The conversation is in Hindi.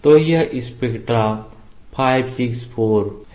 तो यह स्पेक्ट्रा 5 6 4 है